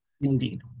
indeed